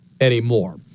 anymore